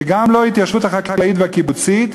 וגם לא ההתיישבות החקלאית והקיבוצית,